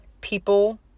people